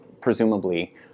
presumably